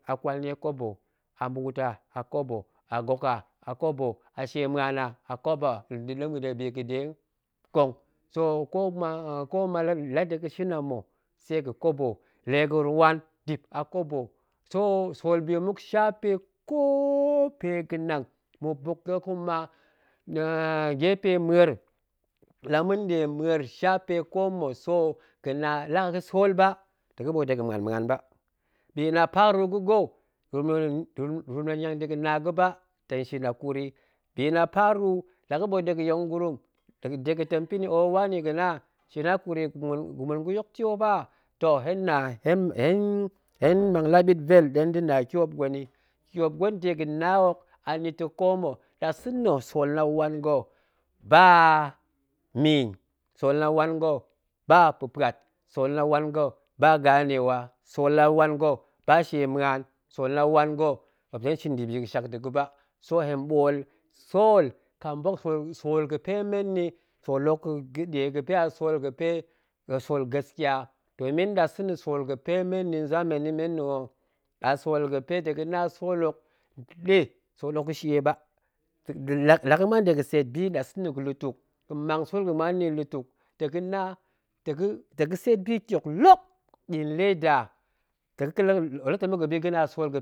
A kwal nie kobo, a muut a, a kobo, a gok a, a kobo a shie muan a, a kobo, nda ɗegə de bi ga̱ɗe nƙong so ko kuma koma la a dega shin amma tse ga̱ kobo, lee ga̱n rwan dip a kobo, so sool bi muk cepe, ko pe ga̱nang muk buk ko kuma gepe muer, la ma̱n ɗe muer cepe ko bi ma so ga̱na la a gasool ba tong ga̱ ɓoot dega̱ muan muan ba, bi la paru ga ga, gurum, gurum laniang dega na ga, tong shin hakuri, bi la paru la gaɓoot dega yong guur. m dega tem pa̱ni oh wani ga̱na shin hakuri gu muan gu yok tyop a toh hen na hen hen mang la ɓit vel ɗe hen da̱ na tyop gwen yi, tyop gwen de ga̱n na hok anita̱ ko mma̱ nɗasa̱na̱ sool lawan ga̱ ba a mii, sool lawan ga ba pa̱puat, sool lawan ga̱ ba ganewa, sool lawan ga̱ muop nong shin nda̱bi nda̱ ga ba so hen bool, sool, sool ga̱pe men ni, sool hok ga̱de ga̱bi a sool ga̱pe sool gaskiya, domin nɗasa̱na sool ga̱pe men nni zama tong ga̱na sool hok, nɗe sool hok ga̱ shie ba, la ga̱ muan dega̱ tseet bi nɗasa̱na ga̱ lutuk ga̱ mang sool ga̱ muan nni lutuk, tong ga̱na, ta ga̱ ta̱ga̱ kelleng muop la tem pa̱ ga̱ ga̱pe ga̱na